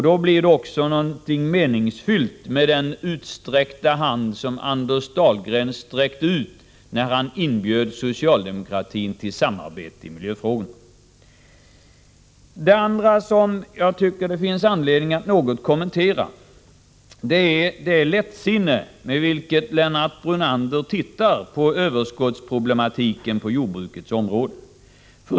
Då blir det också något meningsfyllt med den hand som Anders Dahlgren sträckte ut när han inbjöd socialdemokratin till samarbete i miljöfrågorna. Det andra som det finns anledning att något kommentera är det lättsinne Lennart Brunander visar när det gäller överskottsproblematiken på jordbrukets område.